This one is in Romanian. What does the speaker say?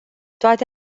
toate